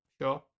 sure